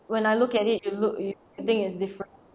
when I look at it you look I think it's different